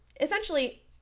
essentially –